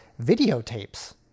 videotapes